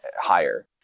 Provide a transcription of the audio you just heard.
higher